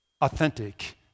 authentic